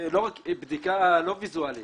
בדיקה לא רק ויזואלית.